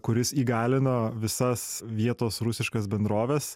kuris įgalino visas vietos rusiškas bendroves